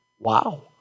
Wow